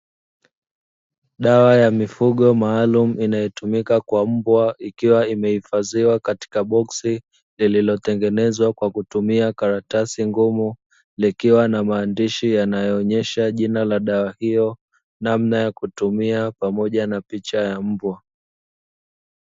Dawa ya mifugo maalumu inayotumika kwa mbwa, ikiwa imehifadhiwa katika boksi, lililotengenezwa kwa kutumia karatasi ngumu, likiwa na maandishi yanayoonyesha jina la dawa hiyo, namna ya kutumia pamoja na picha ya mbwa.